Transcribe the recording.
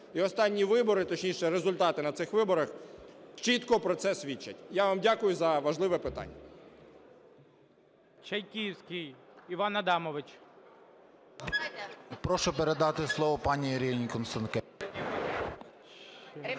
і останні вибори, точніше, результати на цих виборах чітко про це свідчать. Я вам дякую за важливе питання.